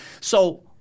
So-